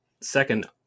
second